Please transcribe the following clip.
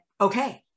okay